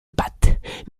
pattes